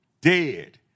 dead